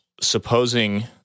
supposing